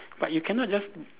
but you cannot just